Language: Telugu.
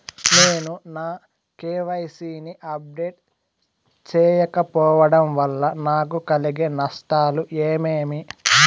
నేను నా కె.వై.సి ని అప్డేట్ సేయకపోవడం వల్ల నాకు కలిగే నష్టాలు ఏమేమీ?